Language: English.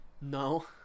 No